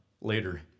later